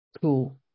cool